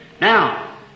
Now